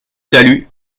talus